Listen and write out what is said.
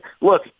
look